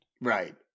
Right